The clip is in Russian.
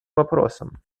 вопросам